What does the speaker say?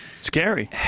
Scary